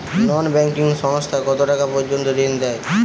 নন banking সংস্থা কতটাকা পর্যন্ত ঋণ দেয়?